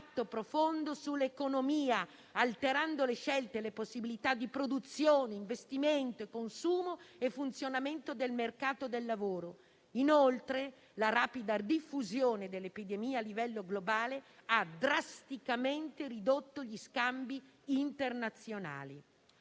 profondo sull'economia, alterando le scelte e le possibilità di produzione, investimento, consumo e funzionamento del mercato del lavoro. Inoltre, la rapida diffusione dell'epidemia a livello globale ha drasticamente ridotto gli scambi internazionali.